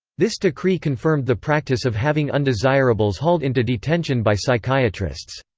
this decree confirmed the practice of having undesirables hauled into detention by psychiatrists.